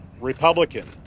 Republican